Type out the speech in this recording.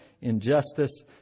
injustice